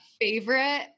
favorite